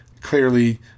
clearly